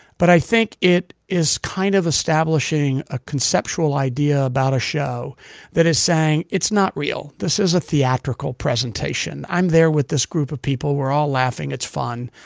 but i think it is kind of establishing a conceptual idea about a show that is saying it's not real. this is a theatrical presentation. i'm there with this group of people. we're all laughing. it's fun.